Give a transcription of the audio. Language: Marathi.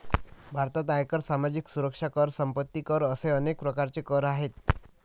भारतात आयकर, सामाजिक सुरक्षा कर, संपत्ती कर असे अनेक प्रकारचे कर आहेत